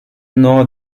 nor